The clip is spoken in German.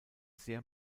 sehr